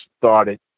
started